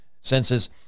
senses